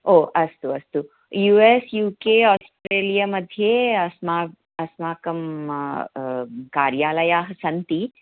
ओ अस्तु अस्तु U S U K Australia मध्ये अस्माकं अस्माकं कार्यालयाः सन्ति